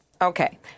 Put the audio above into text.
Okay